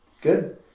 Good